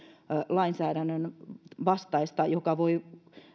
lainsäädännön vastaista sääntelyä joka voi